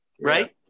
right